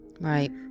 right